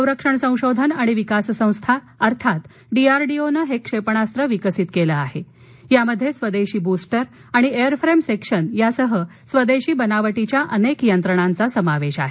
संरक्षण संशोधन आणि विकास संस्था अर्थात डीआरडीओनं हे क्षेपणास्त्र विकसित केलं असून यात स्वदेशी बुस्टर आणि एअरफ्रेम सेक्शन यासह स्वदेशी बनावटीच्या अनेक यंत्रणाचा समावेश आहे